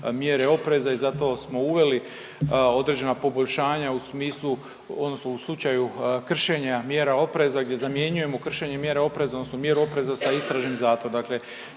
mjere opreza i zato smo uveli određena poboljšanja u smislu odnosno u slučaju kršenja mjera opreza gdje zamjenjujemo kršenje mjera opreza odnosno mjeru opreza sa istražnim zatvorom.